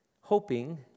Hoping